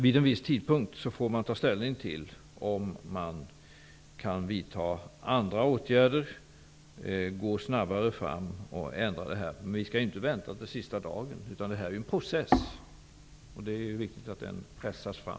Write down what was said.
Vid en viss tidpunkt får man ta ställning till om man kan vidta andra åtgärder, gå snabbare fram och ändra detta. Vi skall inte vänta till sista dagen. Detta är en process. Det är viktigt att den pressas fram.